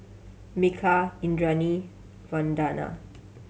Milkha Indranee Vandana